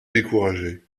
découragé